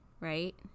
right